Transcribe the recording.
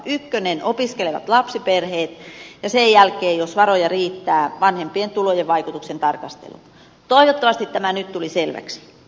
ykkösenä opiskelevat lapsiperheet ja sen jälkeen jos varoja riittää vanhempien tulojen vaikutuksen tarkastelu